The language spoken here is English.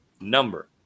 number